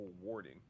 rewarding